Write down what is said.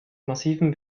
massivem